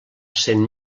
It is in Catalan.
cent